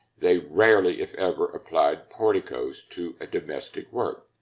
they rarely, if ever, applied porticos to a domestic work.